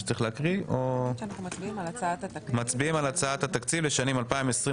אנחנו מצביעים על הצעת התקציב על השנים 2023,